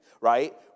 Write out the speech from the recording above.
right